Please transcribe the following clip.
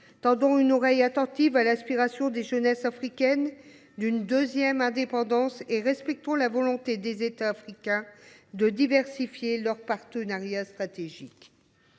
Tendons une oreille attentive à l’aspiration des jeunesses africaines à une seconde indépendance et respectons la volonté des États africains de diversifier leurs partenariats stratégiques.